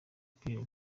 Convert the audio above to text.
pierre